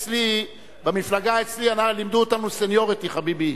במפלגה אצלי לימדו אותנו "סניוריטי", חביבי.